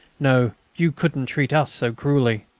no, you couldn't treat us so cruelly.